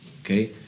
okay